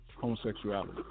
Homosexuality